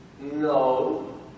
No